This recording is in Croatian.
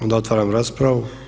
Onda otvaram raspravu.